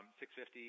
650